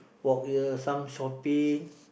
walk here some shopping